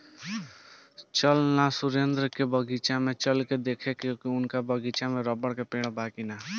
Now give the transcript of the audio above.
चल ना सुरेंद्र के बगीचा में चल के देखेके की उनका बगीचा में रबड़ के पेड़ बा की ना